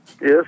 Yes